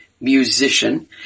musician